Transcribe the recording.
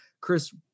Chris